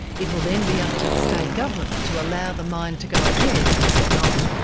it will then be up to the state government to allow the mine to go ahead or not.